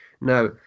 Now